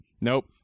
Nope